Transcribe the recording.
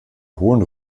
hohen